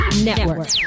network